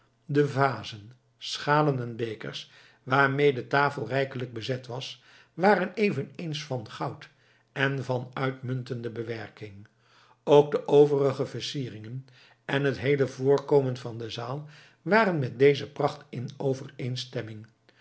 de vazen schalen en bekers waarmee de tafel rijkelijk bezet was waren eveneens van goud en van uitmuntende bewerking ook de overige versieringen en het heele voorkomen van de zaal waren met deze pracht in overeenstemming